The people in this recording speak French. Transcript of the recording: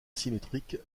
symétrique